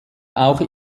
auch